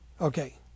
Okay